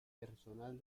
personal